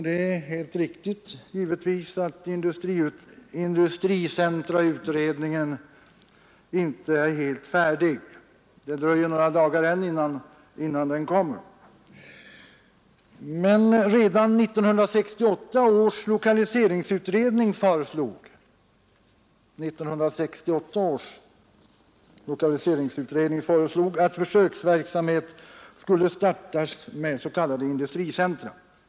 Det är helt riktigt att industricentrautredningen inte är helt färdig — det dröjer ännu något innan den framlägger sitt betänkande. Men redan 1968 års lokaliseringsutredning föreslog att försöksverksamhet med s.k. industricentra skulle startas.